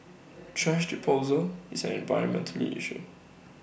thrash disposal is an environmental issue